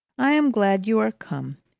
i am glad you are come.